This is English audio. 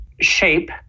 shape